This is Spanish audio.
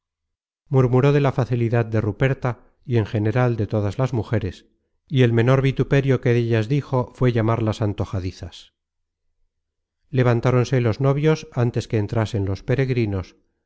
murmuró de la facilidad de ruperta y en general de todas las mujeres y el menor vituperio que dellas dijo fué llamarlas antojadizas content from google book search generated at levantáronse los novios antes que entrasen los peregrinos